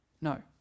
No